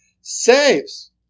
saves